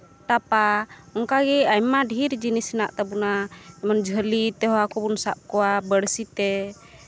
ᱴᱟᱯᱟ ᱚᱱᱠᱟᱜᱮ ᱟᱭᱢᱟ ᱰᱷᱮᱨ ᱡᱤᱱᱤᱥ ᱦᱮᱱᱟᱜ ᱛᱟᱵᱚᱱᱟ ᱡᱮᱢᱚᱱ ᱡᱷᱟᱹᱞᱤ ᱛᱮᱦᱚᱸ ᱦᱟᱹᱠᱩ ᱵᱚᱱ ᱥᱟᱵ ᱠᱚᱣᱟ ᱵᱟᱹᱲᱥᱤ ᱛᱮ